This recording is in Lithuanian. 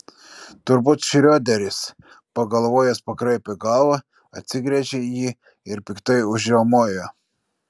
turbūt šrioderis pagalvojęs pakraipė galvą atsigręžė į jį ir piktai užriaumojo